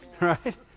right